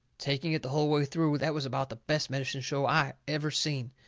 taking it the hull way through, that was about the best medicine show i ever seen.